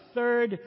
Third